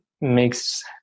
makes